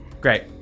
Great